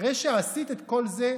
אחרי שעשית את כל זה,